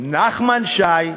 נחמן שי,